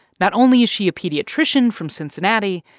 not only is she a pediatrician from cincinnati,